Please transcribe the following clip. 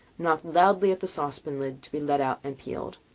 knocked loudly at the saucepan-lid to be let out and peeled.